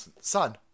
son